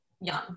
young